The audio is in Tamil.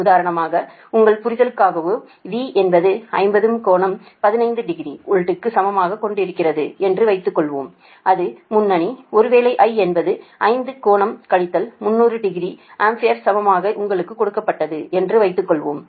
உதாரணமாக உங்கள் புரிதலுக்காகவே V என்பது 50 கோணம் 15 டிகிரி வோல்ட்க்கு சமமாக கொடுக்கப்பட்டிருக்கிறது என்று வைத்துக்கொள்வோம் அது முன்னணி ஒருவேளை I என்பது 5 ஐ கோணம் கழித்தல் 30 டிகிரி ஆம்பியருக்கு சமமாக உங்களுக்கு கொடுக்கப்பட்டது என்று வைத்துக்கொள்வோம்